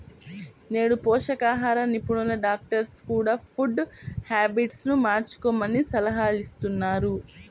నేడు పోషకాహార నిపుణులు, డాక్టర్స్ కూడ ఫుడ్ హ్యాబిట్స్ ను మార్చుకోమని సలహాలిస్తున్నారు